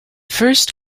first